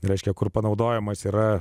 reiškia kur panaudojamas yra